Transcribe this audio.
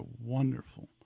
wonderful